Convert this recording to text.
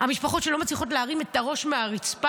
המשפחות שלא מצליחות להרים את הראש מהרצפה,